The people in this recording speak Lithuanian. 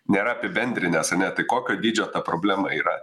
nėra apibendrinęs ane tai kokio dydžio ta problema yra